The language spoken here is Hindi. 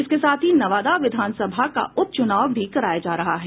इसके साथ ही नवादा विधान सभा का उप चुनाव भी कराया जा रहा है